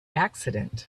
accident